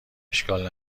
اشکال